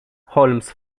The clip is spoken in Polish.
holmes